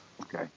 Okay